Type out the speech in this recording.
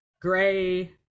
gray